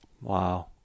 Wow